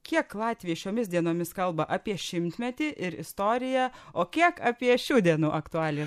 kiek latviai šiomis dienomis kalba apie šimtmetį ir istoriją o kiek apie šių dienų aktualijas